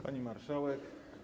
Pani Marszałek!